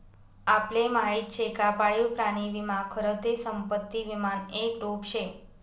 आपले माहिती शे का पाळीव प्राणी विमा खरं ते संपत्ती विमानं एक रुप शे